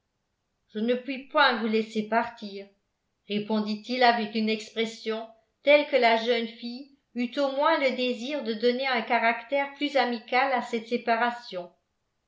je ne puis point vous laisser partir répondit-il avec une expression telle que la jeune fille eut au moins le désir de donner un caractère plus amical à cette séparation